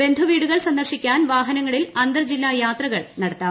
ബന്ധുവീടുകൾ സന്ദർശിക്കാൻ വാഹനങ്ങളിൽ അന്തർജില്ലാ യാത്രകൾ നടത്താം